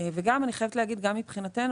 אני חייבת להגיד שגם מבחינתנו,